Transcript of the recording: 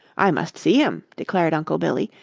i must see him, declared uncle billy.